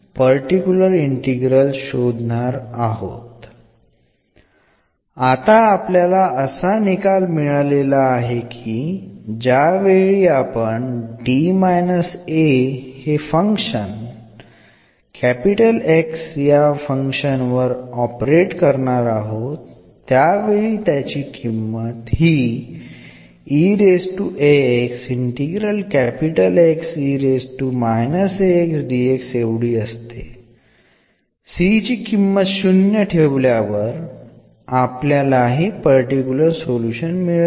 particular integral കണ്ടെത്തുന്നതിന് വളരെ ഉപയോഗപ്രദമാകുന്ന ഒരു പ്രധാന റിസൽട്ട് ആണിത്